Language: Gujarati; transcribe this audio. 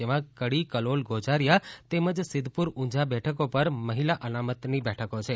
તેમાં કડી કલોલ ગોઝારીયા તેમજ સિધ્ધપુર ઉંઝા બેઠકો પર મહિલા અનામતની બેઠકો છે